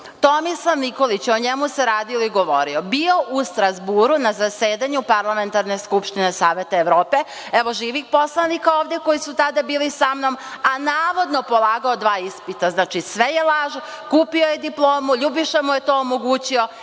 Tomislav Nikolić, o njemu se radilo i govorilo, bio je u Strazburu na zasedanju Parlamentarne skupštine Saveta Evrope, evo živih poslanika ovde koji su tada bili samnom, a navodno polagao dva ispita. Znači, sve je laž. Kupio je diplomu. Ljubiša mu je to omogućio